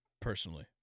personally